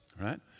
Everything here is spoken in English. right